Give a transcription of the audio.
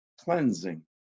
cleansing